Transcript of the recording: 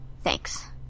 thanks